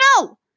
No